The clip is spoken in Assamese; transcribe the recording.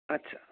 আচ্ছা